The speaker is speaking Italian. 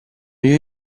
gli